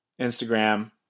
Instagram